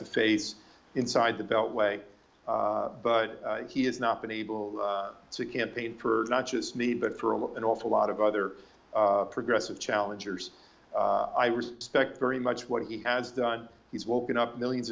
to face inside the beltway but he has not been able to campaign for not just me but for all of an awful lot of other progressive challengers spec very much what he has done he's woken up millions